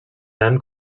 nen